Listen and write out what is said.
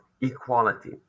equality